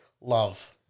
love